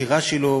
הדקירה שלו